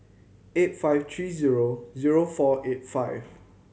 eight five three zero zero four eight five